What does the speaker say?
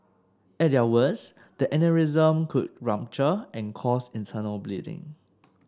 at their worst the aneurysm could rupture and cause internal bleeding